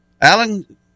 Alan